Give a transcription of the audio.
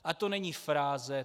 A to není fráze.